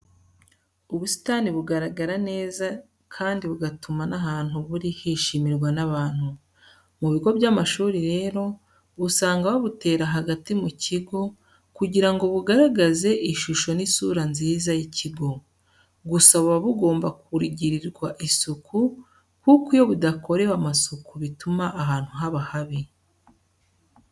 Ubusitani bugaragara neza kandi bugatuma n'ahantu buri hishimirwa n'abantu. Mu bigo by'amashuri rero, usanga babutera hagati mu kigo kugira ngo bugaragaze ishusho n'isura nziza y'ikigo. Gusa buba bugomba kugirirwa isuku kuko iyo budakorewe amasuku bituma ahantu haba habi.